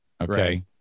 Okay